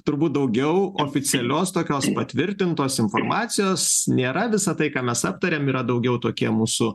turbūt daugiau oficialios tokios patvirtintos informacijos nėra visa tai ką mes aptarėm yra daugiau tokia mūsų